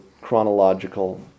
chronological